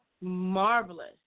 marvelous